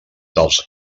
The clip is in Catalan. dels